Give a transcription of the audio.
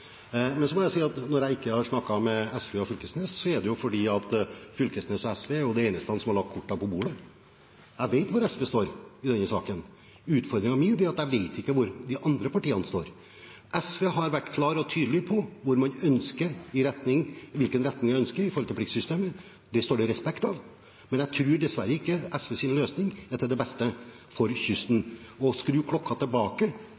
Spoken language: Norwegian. Men når jeg ikke har snakket med SV og Fylkesnes, er det jo fordi Fylkesnes og SV er de eneste som har lagt kortene på bordet. Jeg vet hvor SV står i denne saken. Utfordringen min er at jeg ikke vet hvor de andre partiene står. SV har vært klar og tydelig på hvilken retning man ønsker når det gjelder pliktsystemet, det står det respekt av, men jeg tror dessverre ikke SVs løsning er til det beste for kysten. Å skru klokka tilbake,